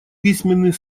письменный